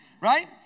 right